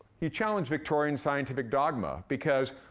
he challenged victorian scientific dogma because,